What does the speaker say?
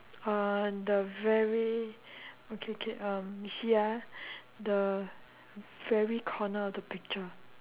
on the very okay okay um you see ah the very corner of the picture